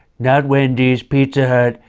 not wendy's pizza hut,